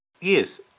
Yes